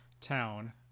town